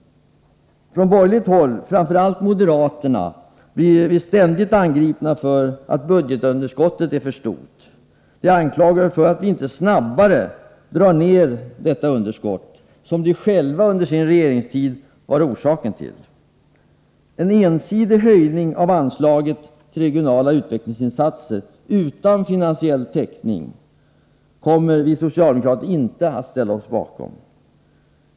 Från borgerligt håll — framför allt av moderaterna — blir vi ständigt angripna för att budgetunderskottet är för stort. De anklagar oss för att vi inte snabbare drar ned detta underskott, som de själva under sin regeringstid har varit orsaken till. En ensidig höjning av anslaget till regionala utvecklingsinsatser, utan finansiell täckning, kan vi socialdemokrater inte ställa oss bakom.